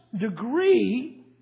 degree